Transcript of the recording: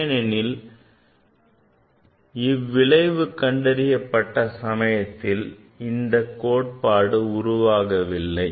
ஏனெனில் இவ்விளைவு கண்டறியப்பட்ட சமயத்தில் இந்தக் கோட்பாடு உருவாகவில்லை